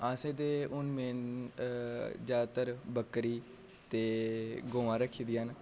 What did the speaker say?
असें ते हून मेन जादातर बक्करी ते गौवां रखी दि'यां न